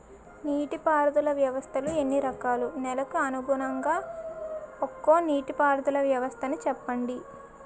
నీటి పారుదల వ్యవస్థలు ఎన్ని రకాలు? నెలకు అనుగుణంగా ఒక్కో నీటిపారుదల వ్వస్థ నీ చెప్పండి?